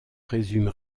résume